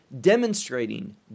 demonstrating